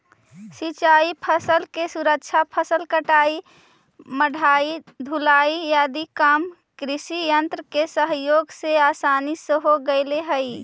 सिंचाई फसल के सुरक्षा, फसल कटाई, मढ़ाई, ढुलाई आदि काम कृषियन्त्र के सहयोग से आसान हो गेले हई